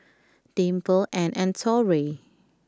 Dimple Ann and Torey